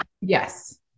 yes